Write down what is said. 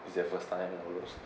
is their first time all those